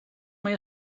mae